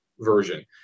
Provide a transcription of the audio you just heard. version